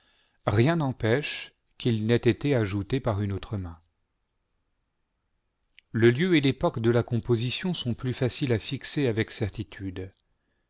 rien n'empêche qu'ils n'aient été ajoutés par une autre main le lieu et l'époque de la composition sont plus faciles à fixer avec certitude